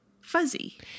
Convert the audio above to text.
fuzzy